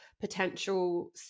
potential